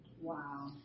Wow